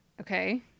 okay